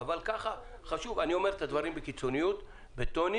אני אומר את הדברים בקיצוניות ובטונים